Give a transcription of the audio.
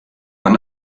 man